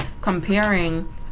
comparing